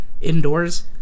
indoors